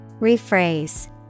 Rephrase